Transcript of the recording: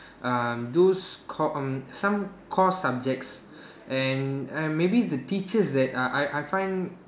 um those com~ some course subjects and and maybe the teachers that I I I find